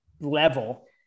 level